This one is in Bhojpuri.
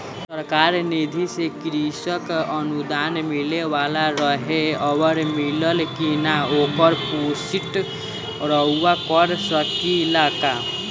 सरकार निधि से कृषक अनुदान मिले वाला रहे और मिलल कि ना ओकर पुष्टि रउवा कर सकी ला का?